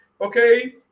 okay